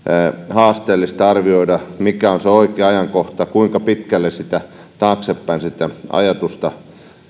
haasteellista arvioida mikä on se oikea ajankohta kuinka pitkälle taaksepäin sitä ajatusta